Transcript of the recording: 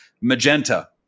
magenta